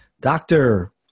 doctor